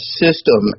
system